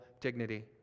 dignity